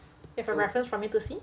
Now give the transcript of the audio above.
you have a reference for me to see